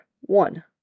One